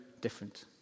different